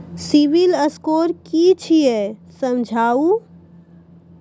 Civil score कि छियै समझाऊ?